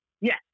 Yes